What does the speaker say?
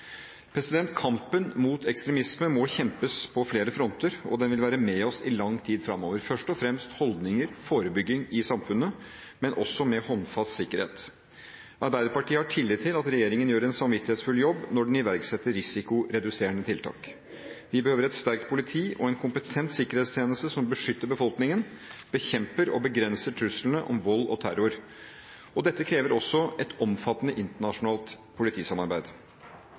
Kampen mot ekstremisme vil være med oss i lang tid framover og må kjempes på flere fronter, først og fremst gjennom holdninger og forebygging i samfunnet, men også med håndfast sikkerhet. Arbeiderpartiet har tillit til at regjeringen gjør en samvittighetsfull jobb når den iverksetter risikoreduserende tiltak. Vi behøver et sterkt politi og en kompetent sikkerhetstjeneste som beskytter befolkningen, og bekjemper og begrenser truslene om vold og terror. Dette krever også et omfattende internasjonalt politisamarbeid.